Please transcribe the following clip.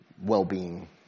well-being